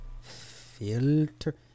filter